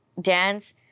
dance